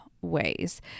ways